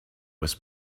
was